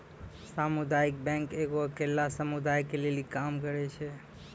समुदायिक बैंक एगो अकेल्ला समुदाय के लेली काम करै छै